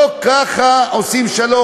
לא ככה עושים שלום.